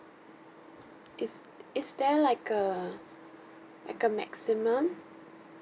is is there like a like a maximum